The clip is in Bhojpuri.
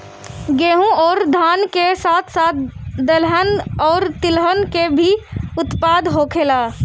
गेहूं अउरी धान के साथ साथ दहलन अउरी तिलहन के भी उत्पादन होखेला